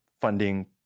funding